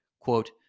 quote